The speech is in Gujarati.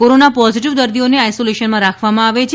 કોરોના પોઝિટિવ દર્દીઓને આઇસોલેશનમાં રાખવામાં આવે છે